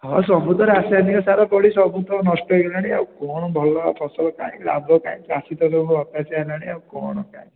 ହଁ ସବୁ ତ ରାସାୟନିକ ସାର ପଡ଼ି ସବୁ ତ ନଷ୍ଟ ହେଇଗଲାଣି ଆଉ କ'ଣ ଭଲ ଆଉ ଫସଲ କାଇଁ ଲାଭ କାଇଁ ଚାଷୀ ତ ସବୁ ହତାଶିଆ ହେଲେଣି ଆଉ କ'ଣ କାଇଁ